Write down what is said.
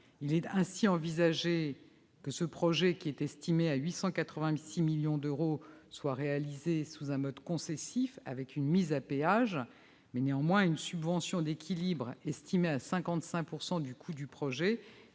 Il est ainsi envisagé que ce projet, estimé à 886 millions d'euros, soit réalisé sous le mode concessif, avec une mise à péage. Néanmoins, une subvention publique d'équilibre, estimée à 55 % du coût